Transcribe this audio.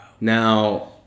Now